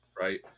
Right